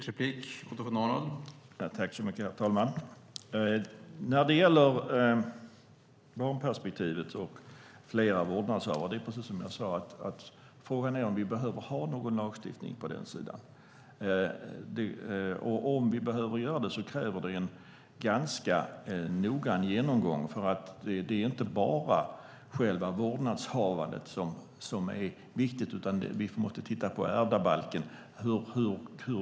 Herr talman! När det gäller barnperspektivet och frågan om flera vårdnadshavare är det precis som jag sade att frågan är om vi behöver ha någon lagstiftning på den sidan. Om vi behöver ha det kräver det en ganska noggrann genomgång, för det är inte bara själva vårdnadshavandet som är viktigt. Vi måste även titta på ärvdabalken.